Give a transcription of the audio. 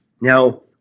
Now